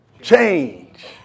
Change